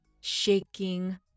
shaking